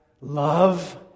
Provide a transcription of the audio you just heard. love